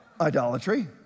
Idolatry